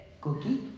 Cookie